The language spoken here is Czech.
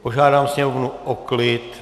Požádám Sněmovnu o klid!